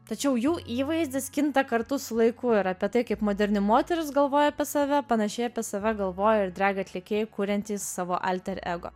tačiau jų įvaizdis kinta kartu su laiku ir apie tai kaip moderni moteris galvoja apie save panašiai apie save galvoja ir drag atlikėjai kuriantys savo alter ego